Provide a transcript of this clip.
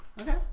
Okay